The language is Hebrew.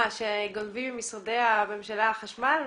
מה, שגונבים ממשרדי הממשלה חשמל?